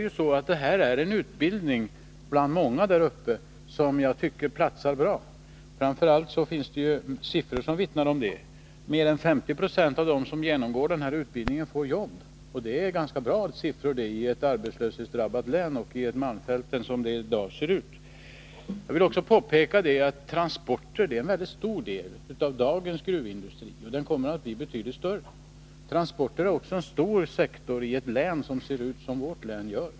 Fordonsförarutbildningen är en utbildning bland många som jag tycker platsar bra i Gällivare. Det finns också siffror som vittnar om det. Mer än 50 76 av de som genomgår denna utbildning får jobb. Det är en ganska bra siffra i ett arbetslöshetsdrabbat län och med tanke på hur det i dag ser ut i malmfälten. Jag vill också påpeka att transporter utgör en mycket stor del av dagens gruvindustri — och den delen kommer att bli betydligt större. Transporter är också en stor sektor i ett län som ser ut som vårt län.